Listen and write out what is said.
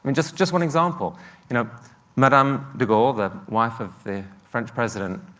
and just just one example you know madame de gaulle, the wife of the french president,